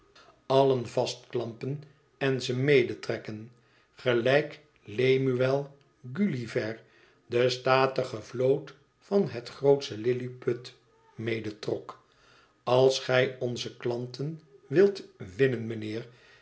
allen vastklampen en ze medetrekken gelijk lemuel gulliver de statige vloot van het grootsche lilliput medetrok als gij onze klanten wilt winnen